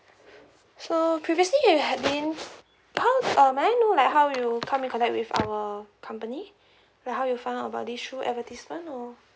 so previously you have been how uh may I know like how you come in contact with our company like how you found out about this through advertisement or